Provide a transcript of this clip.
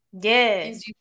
Yes